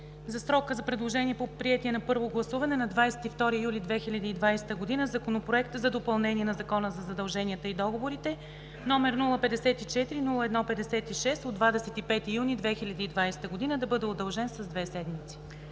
– срокът за предложения по приетия на първо гласуване на 22 юли 2020 г. Законопроект за допълнение на Закона за задълженията и договорите, № 054-01-56, от 25 юни 2020 г. да бъде удължен с две седмици.